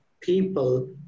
people